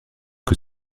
que